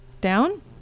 Down